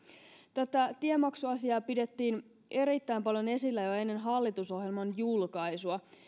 tätä tiemaksuasiaa pidettiin erittäin paljon esillä jo ennen hallitusohjelman julkaisua